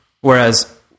Whereas